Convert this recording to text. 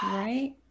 right